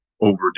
over